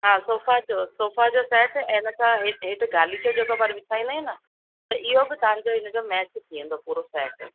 हा सोफ़ा जो सोफ़ा जो सेट ऐं हिन सां हेठि गालीचो जेको पाणि विछाईंदा आहियूं न त इयो बि तव्हांजो हिन जो मैच थी वेंदो पूरो सेट